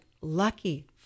lucky